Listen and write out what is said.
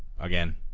Again